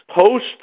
post